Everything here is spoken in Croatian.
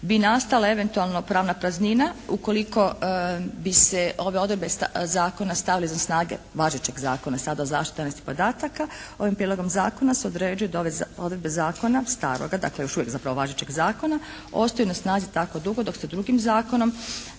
bi nastala eventualno pravna praznina ukoliko bi se ove odredbe zakona stavile za snage važećeg zakona sada zaštite tajnosti podataka, ovim prijedlogom zakonom se određuje da ove odredbe zakona, staroga. Dakle, još uvijek zapravo važećeg zakona ostaju na snazi tako dugo dok se drugim zakonom